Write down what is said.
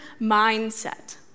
mindset